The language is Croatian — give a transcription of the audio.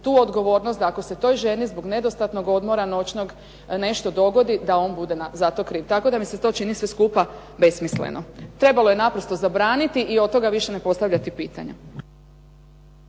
tu odgovornost da ako se toj ženi zbog nedostatnog odmora noćnog nešto dogodi, da on bude za to kriv. Tako da mi se to čini sve skupa besmisleno. Trebalo je naprosto zabraniti i od toga više ne postavljati pitanja.